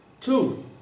Two